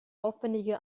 aufwändige